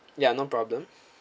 yeah no problem